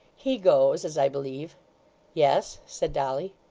he goes, as i believe yes, said dolly.